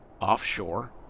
offshore